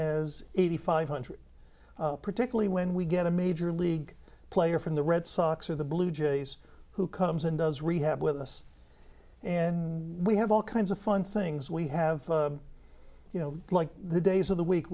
as eighty five hundred particularly when we get a major league player from the red sox or the blue jays who comes and does rehab with us and we have all kinds of fun things we have you know like the days of the week